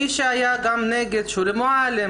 מי שהיה עוד נגד שולי מועלם,